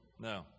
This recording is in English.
No